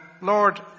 Lord